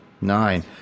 Nine